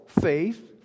faith